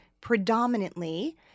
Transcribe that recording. predominantly